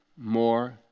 more